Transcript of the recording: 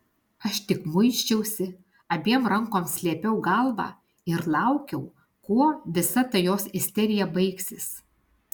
aš tik muisčiausi abiem rankom slėpiau galvą ir laukiau kuo visa ta jos isterija baigsis